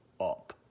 up